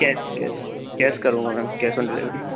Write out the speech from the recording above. कैस cash cash करूँगा ma'am cash on delivery